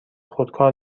خودکار